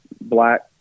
black